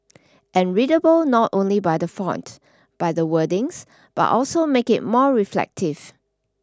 and readable not only by the font by the wordings but also make it more reflective